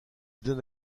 donne